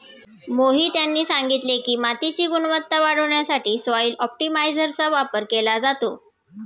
मोहित यांनी सांगितले की, मातीची गुणवत्ता वाढवण्यासाठी सॉइल ऑप्टिमायझरचा वापर केला जातो